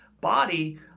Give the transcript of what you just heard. body